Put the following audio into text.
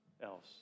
else